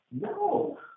No